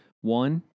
One